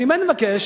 אני באמת מבקש: